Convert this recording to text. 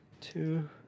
Two